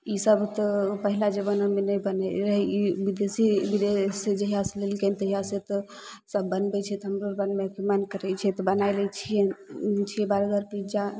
ईसब तऽ पहिला जमानामे नहि बनय रहय ई विदेशी विदेश जहियासँ लेलकय तहियासँ तऽ सब बनबय छै तऽ हमरो बनबयके मन करय छै तऽ बनायलै छियै छियै बर्गर पिज्जा